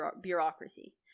bureaucracy